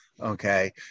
okay